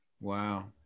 Wow